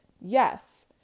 Yes